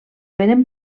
venen